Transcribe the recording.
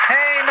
Hey